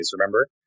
Remember